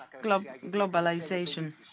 globalization